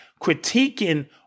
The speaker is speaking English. critiquing